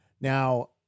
Now